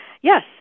yes